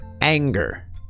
anger